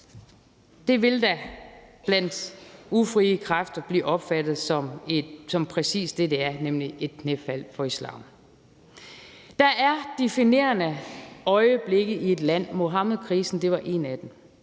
Det vil da blandt ufrie kræfter blive opfattet som præcis det, det er, nemlig et knæfald for islam. Der er definerende øjeblikke i et land, og Muhammedkrisen var et af dem.